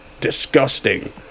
disgusting